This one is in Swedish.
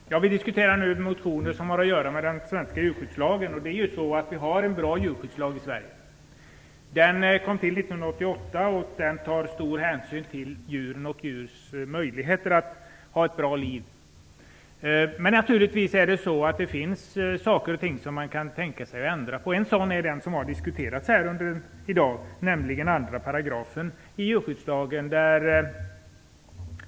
Fru talman! Vi diskuterar motioner som berör den svenska djurskyddslagen. Vi har en bra djurskyddslag i Sverige. Den trädde i kraft 1988, och den tar stor hänsyn till djurens möjligheter att leva ett bra liv. Naturligtvis finns det saker och ting som det går att ändra på. En sådan sak är den fråga som har diskuterats i dag, nämligen 2 § i djurskyddslagen.